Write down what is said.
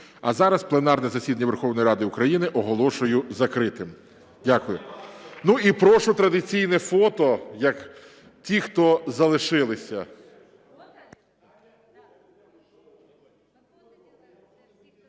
А зараз пленарне засідання Верховної Ради України оголошую закритим. Дякую. І прошу, традиційне фото, ті, хто залишилися.